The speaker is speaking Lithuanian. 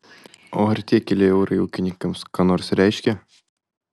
o ar tie keli eurai ūkininkams ką nors reiškia